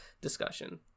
discussion